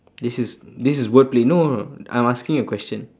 this is this is word play no no no I am asking a question